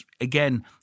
again